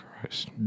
Christ